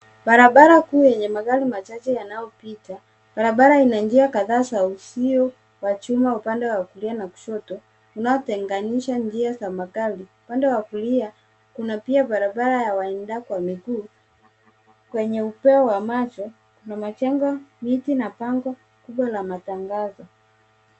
Barabara kuu yenye magari machache yanayopita. Barabara ina njia kadhaa za uzio wa chuma upande wa kulia na kushoto, unaotenganisha njia za magari. Upande wa kulia, kuna pia barabara ya waenda kwa miguu. Kwenye upeo wa macho kuna majengo, miti na bango kubwa la matangazo.